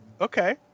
Okay